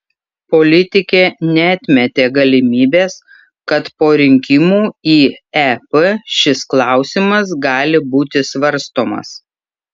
politikė neatmetė galimybės kad po rinkimų į ep šis klausimas gali būti svarstomas